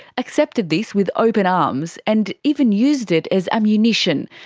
accepted this with open arms and even used it as ammunition,